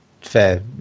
fair